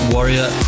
Warrior